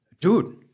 dude